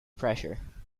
pressure